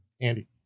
Andy